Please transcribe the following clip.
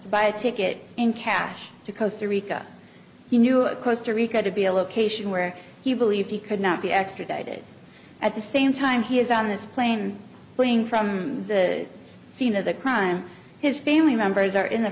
to buy a ticket in cash to coast to rica he knew a costa rica to be a location where he believed he could not be extradited at the same time he is on this plane playing from the scene of the crime his family members are in the